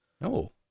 No